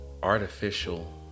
artificial